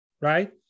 right